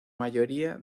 mayoría